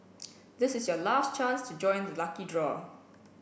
this is your last chance to join the lucky draw